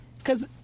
Cause